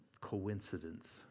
coincidence